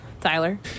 Tyler